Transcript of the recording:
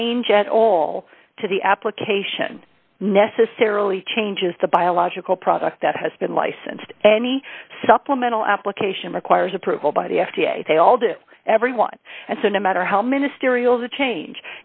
change at all to the application necessarily changes the biological product that has been licensed any supplemental application requires approval by the f d a they all do everyone and so no matter how ministerial the change